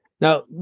now